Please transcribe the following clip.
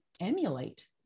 emulate